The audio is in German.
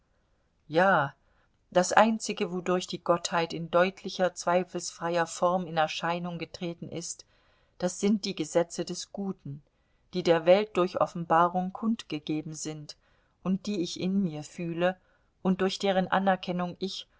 ja das einzige wodurch die gottheit in deutlicher zweifelsfreier form in erscheinung getreten ist das sind die gesetze des guten die der welt durch offenbarung kundgegeben sind und die ich in mir fühle und durch deren anerkennung ich